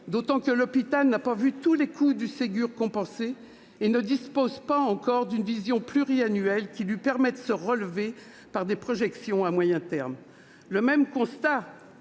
d'autant que l'hôpital n'a pas vu tous les coûts du Ségur compensés et ne dispose pas encore d'une vision pluriannuelle lui permettant de se relever par des projections à moyen terme. Le même constat